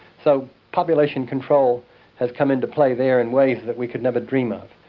so population control has come into play there in ways that we could never dream of.